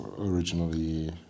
originally